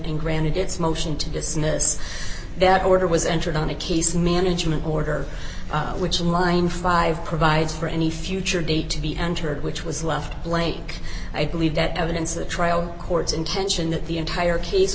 and granted its motion to dismiss that order was entered on a case management order which line five provides for any future date to be entered which was left blank i believe that evidence of the trial court's intention that the entire case